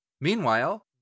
Meanwhile